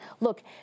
look